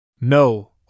No